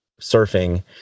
surfing